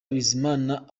bizimana